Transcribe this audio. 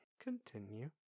Continue